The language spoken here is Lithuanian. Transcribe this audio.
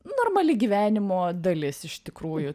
normali gyvenimo dalis iš tikrųjų